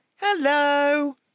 hello